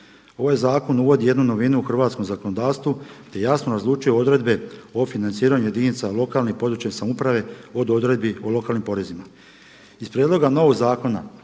Ovaj zakon uvodi jednu novinu u hrvatskom zakonodavstvu, te jasno razlučuje odredbe o financiranju jedinica lokalne i područne samouprave od odredbi o lokalnim porezima. Iz prijedloga novog zakona